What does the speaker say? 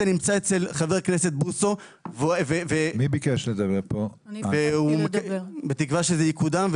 זה נמצא אצל חבר הכנסת בוסו בתקווה שזה יקודם,